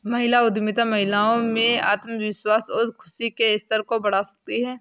महिला उद्यमिता महिलाओं में आत्मविश्वास और खुशी के स्तर को बढ़ा सकती है